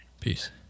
Peace